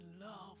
love